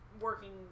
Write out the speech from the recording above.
working